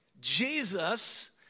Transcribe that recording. Jesus